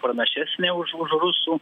pranašesnė už už rusų